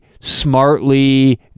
smartly